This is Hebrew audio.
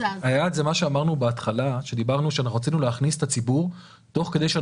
היעד זה שרצינו להכניס את הציבור להשקעות בנדל"ן תוך כדי זה